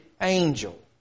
angel